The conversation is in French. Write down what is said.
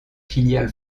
filiale